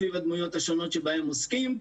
סביב הדמויות השונות שבהם עוסקים.